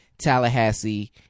Tallahassee